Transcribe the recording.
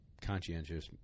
Conscientious